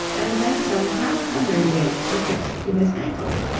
and then some half hundred weights were fixed to his ancles,